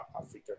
Africa